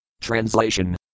Translation